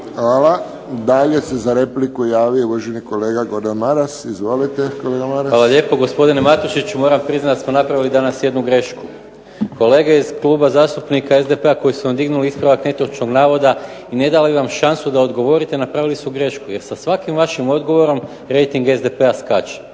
Hvala. Dalje se za repliku javio uvaženi kolega Gordan Maras. Izvolite kolega Maras. **Maras, Gordan (SDP)** Hvala lijepo gospodine Matušiću. Moram priznati da smo napravili danas jednu grešku. Kolege iz Kluba zastupnika SDP-a koji su vam dignuli ispravak netočnog navoda i ne dali vam šansu da odgovorite napravili su grešku, jer sa svakim vašim odgovorom rejting SDP-a skače.